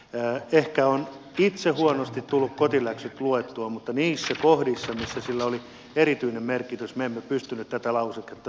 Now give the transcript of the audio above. ehkä on itse huonosti tullut kotiläksyt luettua mutta niissä kohdissa missä sillä oli erityinen merkitys me emme pystyneet tätä lauseketta saamaan sinne sisään